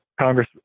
Congress